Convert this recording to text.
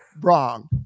Wrong